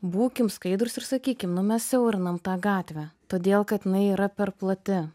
būkim skaidrūs ir sakykim nu mes siaurinam tą gatvę todėl kad jinai yra per plati